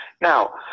now